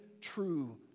true